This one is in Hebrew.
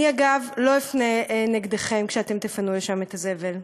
אני, אגב, לא אפנה נגדכם כשתפנו לשם את הזבל.